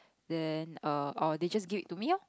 then err our teachers give it to me lor